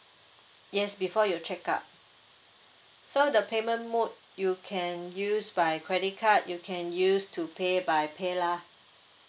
yes before you check out so the payment mode you can use by credit card you can use to pay by pay lah